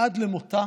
עד למותה